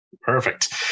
Perfect